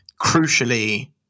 Crucially